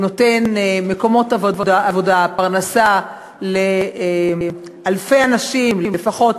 הוא נותן מקומות עבודה, פרנסה לאלפי אנשים לפחות.